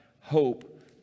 hope